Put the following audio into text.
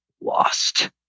lost